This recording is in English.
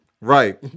right